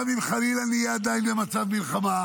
גם אם חלילה עדיין נהיה במצב מלחמה,